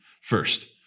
First